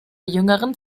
jüngeren